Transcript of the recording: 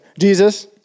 Jesus